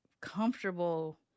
comfortable